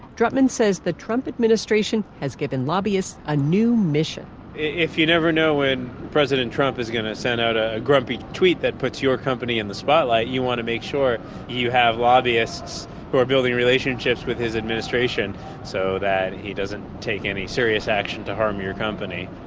drutman said the donald trump administration has given lobbyists a new mission if you never know when president trump is going to send out ah a grumpy tweet that puts your company in the spotlight, you want to make sure you have lobbyists who are building relationships with his administration so that he doesn't take any serious action to harm your company,